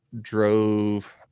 drove